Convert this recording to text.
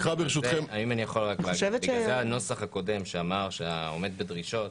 לכן הנוסח הקודם שאמר שהעומד בדרישות,